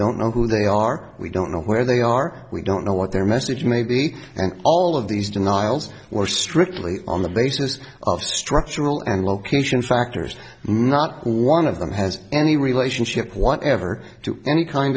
don't know who they are we don't know where they are we don't know what their message may be and all of these denials were strictly on the basis of structural and location factors not one of them has any relationship want ever to any kind